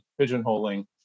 pigeonholing